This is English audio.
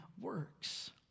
works